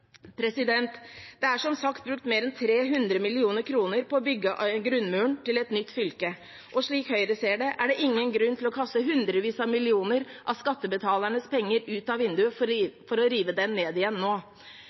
Det er som sagt brukt mer enn 300 mill. kr på å bygge grunnmuren til et nytt fylke, og slik Høyre ser det, er det ingen grunn til å kaste hundrevis av millioner av skattebetalernes penger ut av vinduet for å rive den ned igjen nå.